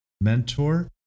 mentor